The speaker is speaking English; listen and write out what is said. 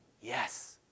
Yes